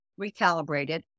recalibrated